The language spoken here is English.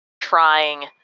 trying